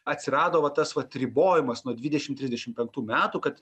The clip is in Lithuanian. atsirado va tas vat ribojimas nuo dvidešim trisdešim penktų metų kad